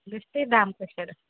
বেছি দাম কৈছে দেখোন